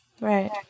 Right